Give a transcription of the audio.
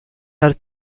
are